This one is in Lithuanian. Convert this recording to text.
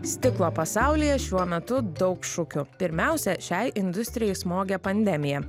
stiklo pasaulyje šiuo metu daug šukių pirmiausia šiai industrijai smogė pandemija